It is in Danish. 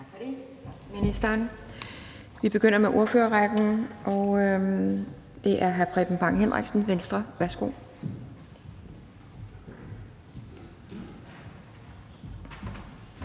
Tak for det,